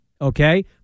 Okay